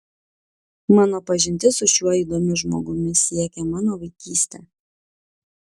mano pažintis su šiuo įdomiu žmogumi siekia mano vaikystę